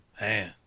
Man